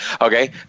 Okay